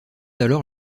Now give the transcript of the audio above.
alors